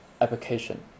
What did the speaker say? application